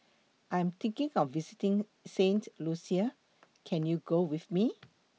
I Am thinking of visiting Saint Lucia Can YOU Go with Me